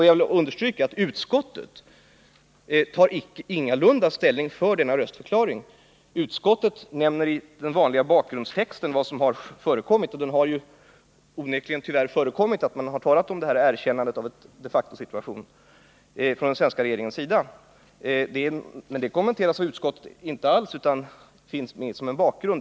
Jag vill understryka att utskottet tar ingalunda ställning för denna röstförklaring — utskottet nämner i den vanliga bakgrundstexten vad som förekommit, och det har onekligen förekommit, tyvärr, att man har talat om det här erkännandet av en de facto-situation från den svenska regeringens sida. Men det kommenteras inte alls av utskottet, utan det finns med som en bakgrund.